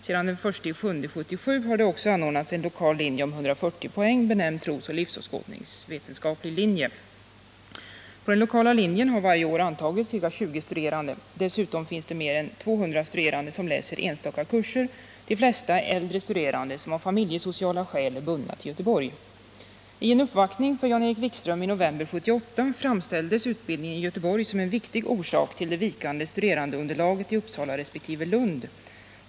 Sedan den 1 juli 1977 har det också anordnats en lokal linje om 140 poäng, benämnd trosoch livsåskådningsvetenskaplig linje. På den lokala linjen har varje år antagits ca 20 studerande. Dessutom finns det mer än 200 studerande som läser enstaka kurser. De flesta är äldre studerande som av familjesociala skäl är bundna till Göteborg. utbildning i Göteborg som en viktig orsak till det vikande studerandeunderlaget i Uppsala resp. Lund.